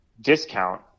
discount